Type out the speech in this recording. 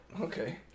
Okay